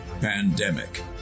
pandemic